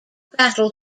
battle